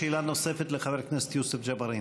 שאלה נוספת לחבר הכנסת יוסף ג'בארין.